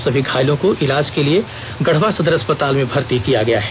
सभी घायलों को इलाज के लिये गढ़वा सदर अस्पताल में भर्ती किया गया है